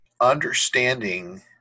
understanding